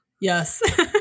yes